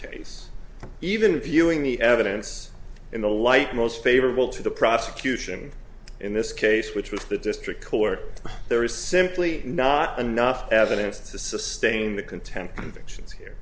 case even viewing the evidence in the light most favorable to the prosecution in this case which was the district court there is simply not enough evidence to sustain the content of fictions here